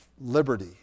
liberty